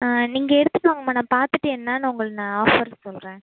ஆ நீங்கள் எடுத்துகிட்டு வாங்கம்மா நான் பார்த்துட்டு என்னான்னு உங்கள் நான் ஆஃபர் சொல்கிறேன்